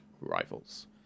rivals